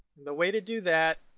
the way to do that